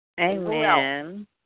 Amen